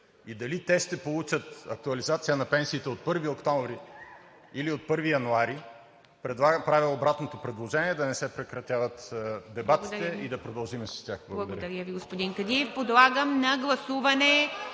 и дали те ще получат актуализация на пенсиите от 1 октомври, или от 1 януари, правя обратното предложение да не се прекратяват дебатите и да продължим с тях. Благодаря. ПРЕДСЕДАТЕЛ ИВА МИТЕВА: Благодаря